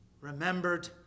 remembered